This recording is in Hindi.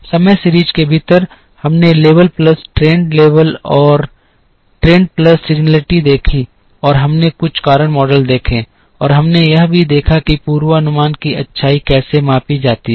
समय सीरीज़ के भीतर हमने लेवल प्लस ट्रेंड लेवल और ट्रेंड प्लस सीज़निटी देखी और हमने कुछ कारण मॉडल देखे और हमने यह भी देखा कि पूर्वानुमान की अच्छाई कैसे मापी जाती है